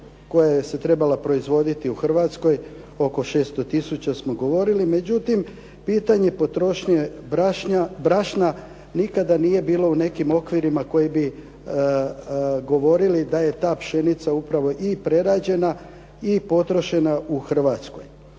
koja se je trebala proizvoditi u Hrvatskoj, oko 600 tisuća smo govorili. Međutim, pitanje potrošnje brašna nikada nije bilo u nekim okvirima koji bi govorili da je ta pšenica upravi i prerađena i potrošena u Hrvatskoj.